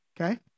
okay